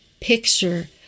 picture